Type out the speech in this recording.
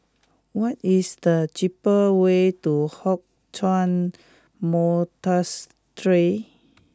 what is the cheapest way to Hock Chuan Monastery